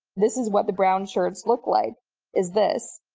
this is what the brown shirts look like is this.